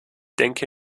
denke